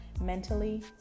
mentally